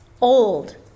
old